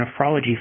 Nephrology